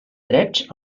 drets